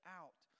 out